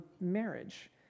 marriage